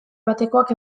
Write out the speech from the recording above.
batekoak